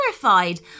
terrified